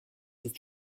ist